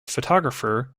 photographer